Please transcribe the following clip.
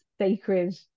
sacred